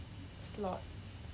slot